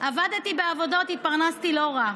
עבדתי בעבודות, התפרנסתי לא רע.